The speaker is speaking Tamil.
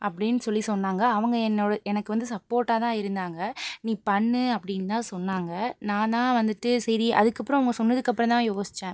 அப்படின்னு சொல்லி சொன்னாங்க அவங்க என்னோட எனக்கு வந்து சப்போட்டாகதான் இருந்தாங்க நீ பண்ணு அப்படின்னுதான் சொன்னாங்க நான்தான் வந்துட்டு சரி அதுக்கப்புறம் அவங்க சொன்னதுக்கப்புறம்தான் யோசிச்சேன்